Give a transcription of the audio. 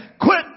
Quit